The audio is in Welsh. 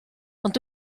ond